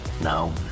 Now